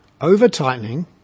over-tightening